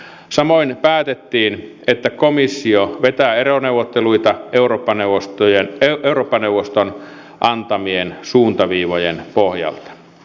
samoin päätettiin että komissio vetää eroneuvotteluita eurooppa neuvoston antamien suuntaviivojen pohjalta